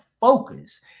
focus